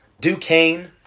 Duquesne